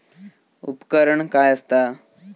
उपकरण काय असता?